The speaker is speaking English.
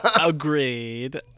Agreed